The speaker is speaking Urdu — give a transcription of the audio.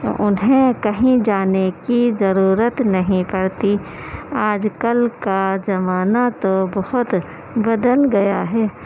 اُنہیں کہیں جانے کی ضرورت نہیں پڑتی آج کل کا زمانہ تو بہت بدل گیا ہے